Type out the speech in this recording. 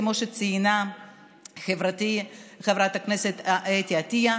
כמו שציינה חברתי חברת הכנסת אתי עטייה,